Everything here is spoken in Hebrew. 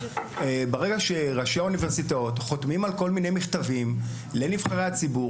ברגע שראשי האוניברסיטאות חותמים על כל מיני מכתבים לנבחרי הציבור,